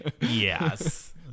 Yes